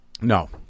No